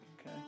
Okay